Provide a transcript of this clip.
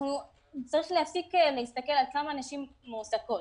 צריך להפסיק להסתכל על כמות הנשים המועסקות,